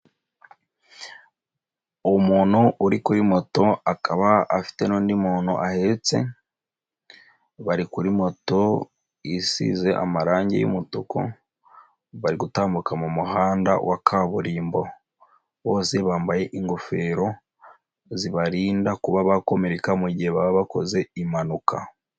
Umuntu uri kuri moto akaba afite n'undi muntu ahetse, bari kuri moto isize amarangi y'umutuku, bari gutambuka mu muhanda wa kaburimbo, bose bambaye ingofero zibarinda kuba bakomereka mu gihe baba bakoze impanuka.